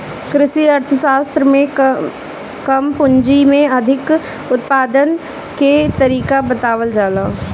कृषि अर्थशास्त्र में कम पूंजी में अधिका उत्पादन के तरीका बतावल जाला